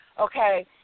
okay